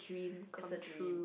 surgery